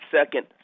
second